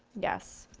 yes.